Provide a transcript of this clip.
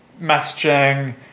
messaging